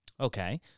Okay